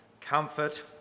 comfort